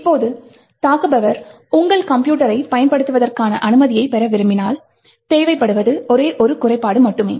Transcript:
இப்போது தாக்குபவர் உங்கள் கம்ப்யூட்டரை பயன்படுத்துவதற்கான அனுமதியை பெற விரும்பினால் தேவைப்படுவது ஒரே ஒரு குறைபாடு மட்டுமே